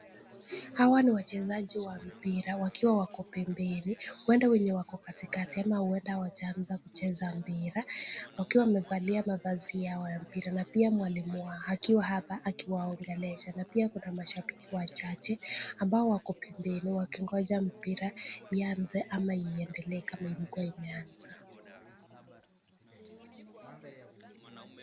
Hawa ni wachezaji wa mpira wakiwa wako pembeni; huenda wenye wako katikati ama huenda hawajaanza kucheza mpira wakiwa wamevalia mavazi yao ya mpira. Na pia mwalimu wao akiwa hapa akiwaongelesha. Na pia kuna mashabiki wachache ambao wako pembeni wakingoja mpira ianze ama iendelee ilikuwa imeanza.